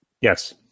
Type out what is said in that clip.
Yes